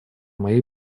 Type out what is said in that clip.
моей